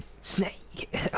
Snake